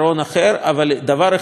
אבל דבר אחד לנו ברור,